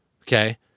Okay